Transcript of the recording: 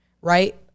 Right